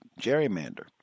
Gerrymander